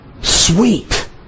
Sweet